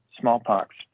smallpox